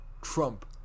trump